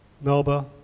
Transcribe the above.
Melba